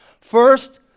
First